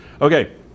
Okay